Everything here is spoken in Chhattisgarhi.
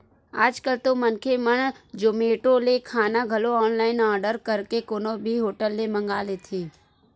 आज कल तो मनखे मन जोमेटो ले खाना घलो ऑनलाइन आरडर करके कोनो भी होटल ले मंगा लेथे